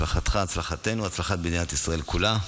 הצלחתך, הצלחתנו, הצלחת מדינת ישראל כולה.